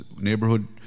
neighborhood